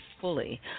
Fully